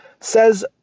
Says